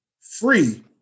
free